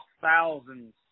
thousands